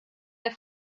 der